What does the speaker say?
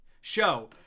show